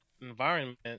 environment